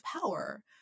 power